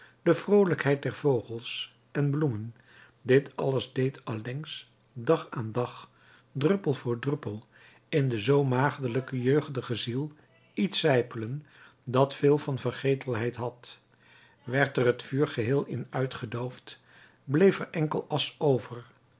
de vroolijkheid der vogels en bloemen dit alles deed allengs dag aan dag druppel voor druppel in de zoo maagdelijke jeugdige ziel iets zijpelen dat veel van vergetelheid had werd er het vuur geheel in uitgedoofd bleef er enkel asch over